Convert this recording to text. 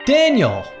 Daniel